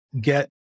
get